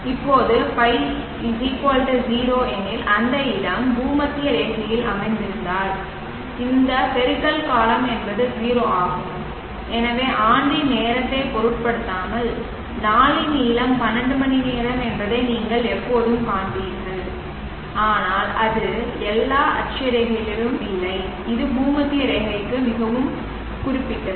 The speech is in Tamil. இப்போது ϕ0 எனில் அந்த இடம் பூமத்திய ரேகையில் அமைந்திருந்தால் இந்த பெருக்கல் காலம் என்பது 0 ஆகும் எனவே ஆண்டின் நேரத்தைப் பொருட்படுத்தாமல் நாளின் நீளம் 12 மணிநேரம் என்பதை நீங்கள் எப்போதும் காண்பீர்கள் ஆனால் அது எல்லா அட்சரேகைகளிலும் இல்லை இது பூமத்திய ரேகைக்கு மிகவும் குறிப்பிட்டது